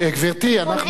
אנחנו סיימנו שלוש דקות.